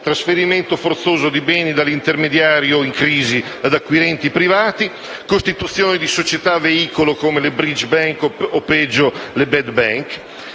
trasferimento forzoso di beni dall'intermediario in crisi ad acquirenti privati, la costituzione di società veicolo, come le *bridge bank* o - peggio - le *bad bank*,